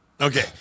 okay